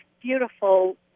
beautiful